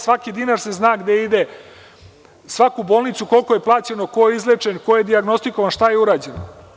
Svaki dinar se zna gde ide, svaka bolnica koliko je plaćena, ko je izlečen, ko je dijagnostikovan, šta je urađeno.